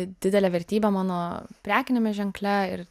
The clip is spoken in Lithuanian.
didelė vertybė mano prekiniame ženkle ir